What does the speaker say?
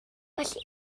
felly